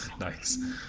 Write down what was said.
Nice